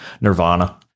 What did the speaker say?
Nirvana